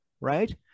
Right